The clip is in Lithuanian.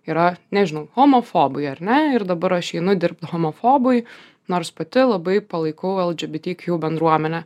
yra nežinau homofobai ar ne ir dabar aš einu dirbt homofobui nors pati labai palaikau lgbtq bendruomenę